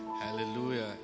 Hallelujah